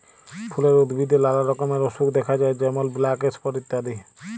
ফুলের উদ্ভিদে লালা রকমের অসুখ দ্যাখা যায় যেমল ব্ল্যাক স্পট ইত্যাদি